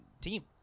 team